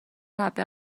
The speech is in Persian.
حبه